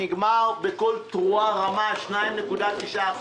נגמר בקול תרועה רמה 2.9%,